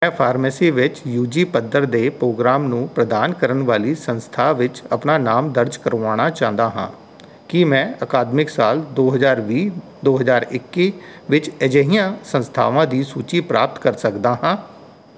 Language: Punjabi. ਮੈਂ ਫਾਰਮੇਸੀ ਵਿੱਚ ਯੂ ਜੀ ਪੱਧਰ ਦੇ ਪ੍ਰੋਗਰਾਮ ਨੂੰ ਪ੍ਰਦਾਨ ਕਰਨ ਵਾਲੀ ਸੰਸਥਾ ਵਿੱਚ ਆਪਣਾ ਨਾਮ ਦਰਜ ਕਰਵਾਉਣਾ ਚਾਹੁੰਦਾ ਹਾਂ ਕੀ ਮੈਂ ਅਕਾਦਮਿਕ ਸਾਲ ਦੋ ਹਜ਼ਾਰ ਵੀਹ ਦੋ ਹਜ਼ਾਰ ਇੱਕੀ ਵਿੱਚ ਅਜਿਹੀਆਂ ਸੰਸਥਾਵਾਂ ਦੀ ਸੂਚੀ ਪ੍ਰਾਪਤ ਕਰ ਸਕਦਾ ਹਾਂ